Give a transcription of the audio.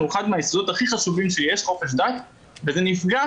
רואים שמגיע